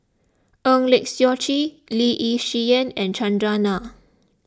Eng Lee Seok Chee Lee Yi Shyan and Chandran Nair